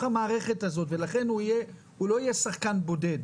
המערכת הזאת ולכן הוא לא יהיה שחקן בודד,